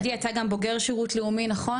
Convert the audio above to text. עדי, אתה גם בוגר שירות לאומי, נכון?